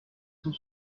cent